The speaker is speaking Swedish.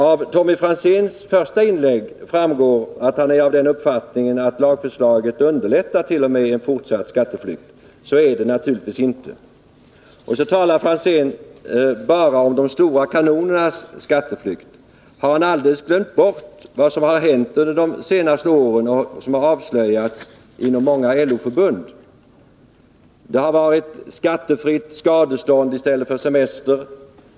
Av Tommy Franzéns första inlägg framgår att han är av den uppfattningen att lagförslaget t.o.m. underlättar en fortsatt skatteflykt. Så är det naturligtvis inte. Tommy Franzén talade bara om de stora kanonernas skatteflykt. Har han alldeles glömt bort vad som hänt under de senaste åren och vad som har avslöjats inom många LO-förbund? Det har förekommit skattefritt skadestånd i stället för semester.